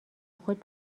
خود